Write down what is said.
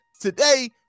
today